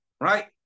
right